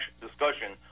discussion